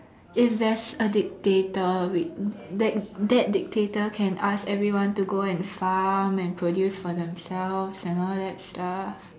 if there's a dictator which that that dictator can ask everyone to go and farm and produce for themselves and all that stuff